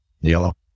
Yellow